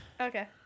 Okay